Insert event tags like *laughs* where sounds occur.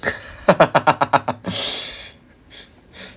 *laughs*